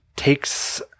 takes